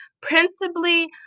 principally